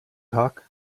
tag